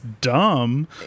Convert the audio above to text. dumb